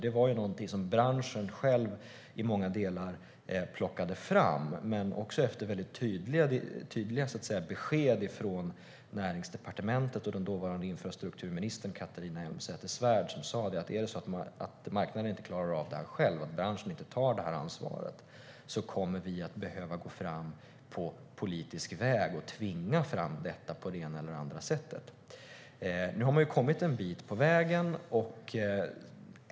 Det var något som branschen själv till stora delar plockade fram, men också efter tydliga besked från Näringsdepartementet. Den dåvarande infrastrukturministern Catharina Elmsäter-Svärd sa: Om marknaden inte klarar av det här själv och branschen inte tar det här ansvaret kommer vi att behöva gå fram på politisk väg och tvinga fram detta på det ena eller andra sättet. Nu har man ju kommit en bit på vägen.